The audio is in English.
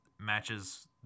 matches